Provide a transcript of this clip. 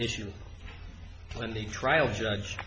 issue when the trial judge